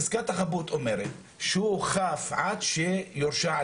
חזקת החפות אומרת שהוא חף עד שיורשע.